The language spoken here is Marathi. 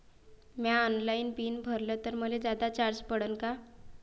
म्या ऑनलाईन बिल भरलं तर मले जादा चार्ज पडन का?